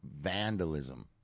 vandalism